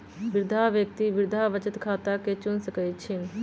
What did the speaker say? वृद्धा व्यक्ति वृद्धा बचत खता के चुन सकइ छिन्ह